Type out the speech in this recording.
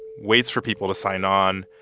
waits for people to sign on.